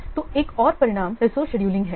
तो एक और परिणाम रिसोर्स शेड्यूलिंग है